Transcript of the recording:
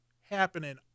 happening